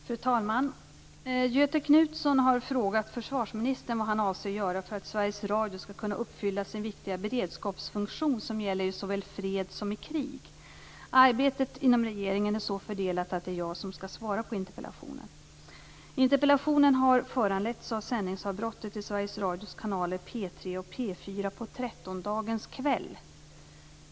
Fru talman! Göthe Knutson har frågat försvarsministern vad han avser göra för att Sveriges Radio skall kunna uppfylla sin viktiga beredskapsfunktion som gäller i såväl fred som i krig. Arbetet inom regeringen är så fördelat att det är jag som skall svara på interpellationen. Interpellationen har föranletts av sändningsavbrottet i Sveriges Radios kanaler P 3 och P 4 på trettondagens kväll.